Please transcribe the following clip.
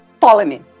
Ptolemy